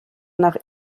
nach